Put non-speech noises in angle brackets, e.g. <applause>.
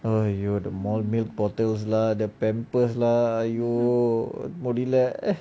!aiyo! the more milk bottles lah the pampers lah !aiyo! முடில:mudila <laughs>